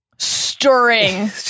stirring